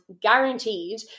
guaranteed